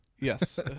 Yes